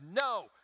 No